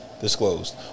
disclosed